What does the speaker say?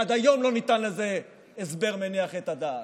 עד היום לא ניתן לזה הסבר מניח את הדעת.